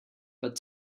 but